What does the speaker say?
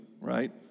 right